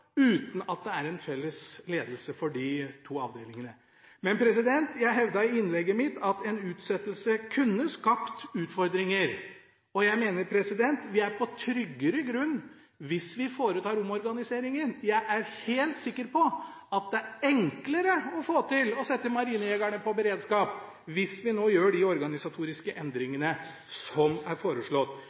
uten at det er en felles ledelse for de to avdelingene. Men jeg hevdet i innlegget mitt at en utsettelse kunne skapt utfordringer, og jeg mener at vi er på tryggere grunn hvis vi foretar omorganiseringen. Jeg er helt sikker på at det er enklere å få til å sette marinejegerne på beredskap hvis vi nå gjør de organisatoriske endringene som er foreslått.